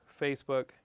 Facebook